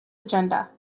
agenda